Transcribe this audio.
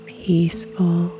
peaceful